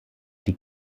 die